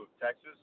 Texas